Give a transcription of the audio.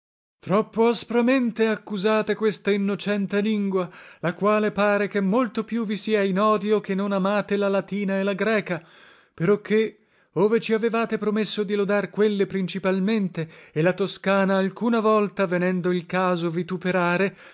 troppo aspramente accusate questa innocente lingua la quale pare che molto più vi sia in odio che non amate la latina e la greca peroché ove ci avevate promesso di lodar quelle principalmente e la toscana alcuna volta venendo il caso vituperare ora